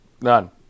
None